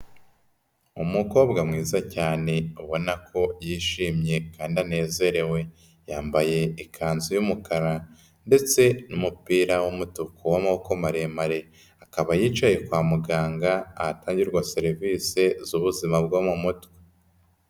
Umukobwa mwiza cyane ubona ko yishimye kandi anezerewe, yambaye ikanzu y'umukara ndetse n'umupira w'umutuku w'amaboko maremare, akaba yicaye kwa muganga ahatangirwa serivise z'ubuzima bwo mu mutwe.